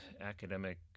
academic